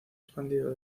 expandido